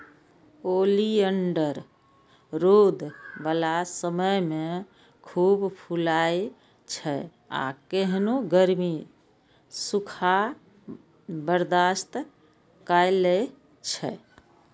oleander रौद बला समय मे खूब फुलाइ छै आ केहनो गर्मी, सूखा बर्दाश्त कए लै छै